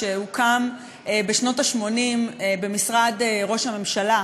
שהוקם בשנות ה-80 במשרד ראש הממשלה,